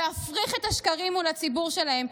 להפריך את השקרים מול הציבור שלהם.